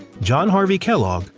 john harvey kellogg,